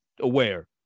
aware